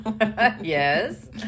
Yes